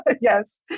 Yes